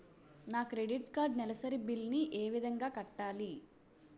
నా credit card నెలసరి bill ని ఏ విధంగా కట్టాలి?